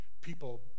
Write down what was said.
people